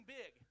big